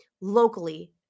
locally